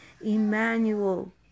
emmanuel